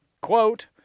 Quote